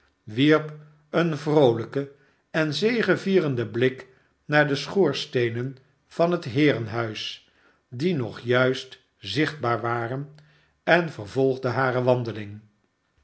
wierp een vroolijken en zegevierenden blik naar de schoorsteenen van het heerenhuis die nog juist zichtbaar waren en vervolgde hare wandeling